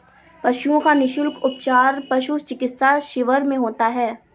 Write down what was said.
पशुओं का निःशुल्क उपचार पशु चिकित्सा शिविर में होता है